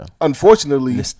Unfortunately